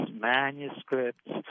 manuscripts